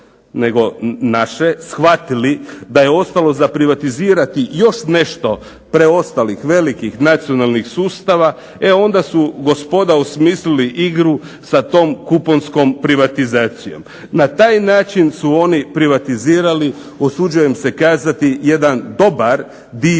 nego naše shvatili da je ostalo za privatizirati još nešto preostalih velikih nacionalnih sustava, e onda su gospoda osmislili igru sa tom kuponskom privatizacijom. Na taj način su oni privatizirali usuđujem se kazati jedan dobar dio